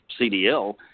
CDL